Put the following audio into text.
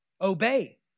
Obey